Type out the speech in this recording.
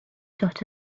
dot